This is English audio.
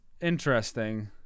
interesting